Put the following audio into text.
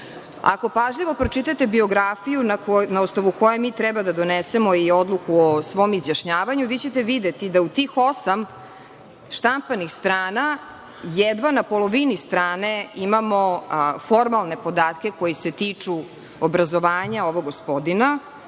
pažljivo pročitate biografiju na osnovu koje mi treba da donesemo i odluku o svom izjašnjavanju, vi ćete videti da od tih osam štampanih strana, jedva na polovini strane imamo formalne podatke koji se tiču obrazovanja ovog gospodina,